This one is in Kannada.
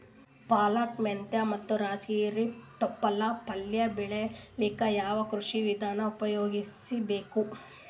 ಪಾಲಕ, ಮೆಂತ್ಯ ಮತ್ತ ರಾಜಗಿರಿ ತೊಪ್ಲ ಪಲ್ಯ ಬೆಳಿಲಿಕ ಯಾವ ಕೃಷಿ ವಿಧಾನ ಉಪಯೋಗಿಸಿ ಬೇಕು?